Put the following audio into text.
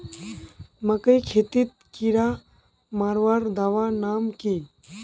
मकई खेतीत कीड़ा मारवार दवा नाम की?